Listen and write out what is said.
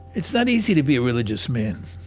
it's not easy to be a religious man.